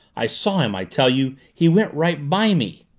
i saw him i tell you. he went right by me!